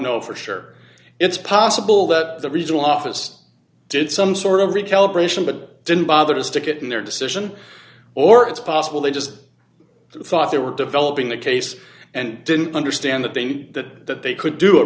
know for sure it's possible that the regional office did some sort of recalibration but didn't bother to stick it in their decision or it's possible they just i thought they were developing the case and didn't understand that they mean that they could do a